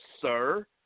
sir